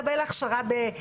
אם הוא היה מקבל הכשרה בסוריה,